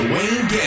Wayne